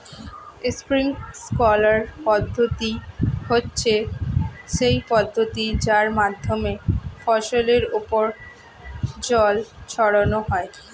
sprinkler পদ্ধতি হচ্ছে সেই পদ্ধতি যার মাধ্যমে ফসলের ওপর জল ছড়ানো হয়